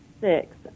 six